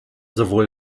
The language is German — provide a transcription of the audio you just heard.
sowohl